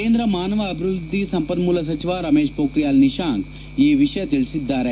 ಕೇಂದ್ರ ಮಾನವ ಅಭಿವೃದ್ದಿ ಸಂಪನ್ನೂಲ ಸಚಿವ ರಮೇಶ್ ಷೋಖಿಯಾಲ್ ನಿಶಾಂಕ್ ಈ ವಿಷಯ ತಿಳಿಸಿದ್ದಾರೆ